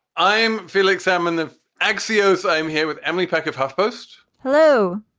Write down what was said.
i'm felix salmon, the axios. i'm here with emily peck of huff post. hello.